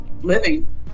living